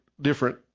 different